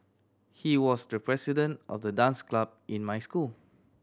he was the president of the dance club in my school